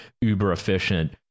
uber-efficient